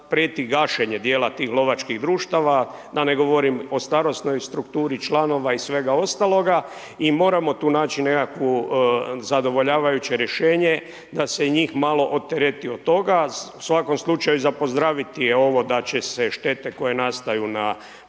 prijeti gašenja dijela tih lovačkih društava da ne govorim o starosnoj strukturi članova i svega ostaloga. Moramo tu naći nekakvo zadovoljavajuće rješenje da se njih malo otereti od toga. U svakom slučaju za pozdraviti je ovo da će se štete koje nastaju na